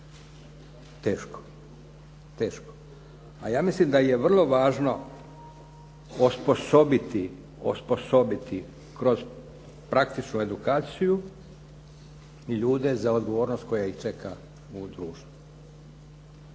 Teško. A ja mislim da je vrlo važno osposobiti kroz praktičnu edukaciju i ljude za odgovornost koja ih čeka u društvu.